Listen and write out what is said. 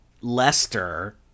Lester